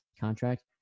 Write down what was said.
contract